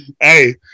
Hey